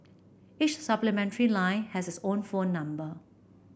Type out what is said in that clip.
each supplementary line has its own phone number